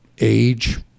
age